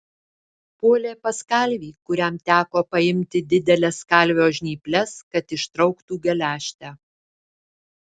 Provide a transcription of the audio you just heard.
puolė pas kalvį kuriam teko paimti dideles kalvio žnyples kad ištrauktų geležtę